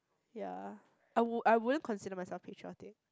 ya I would I wouldn't consider myself patriotic